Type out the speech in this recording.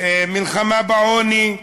מלחמה בעוני,